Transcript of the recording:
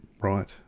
Right